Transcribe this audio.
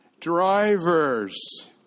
Drivers